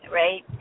right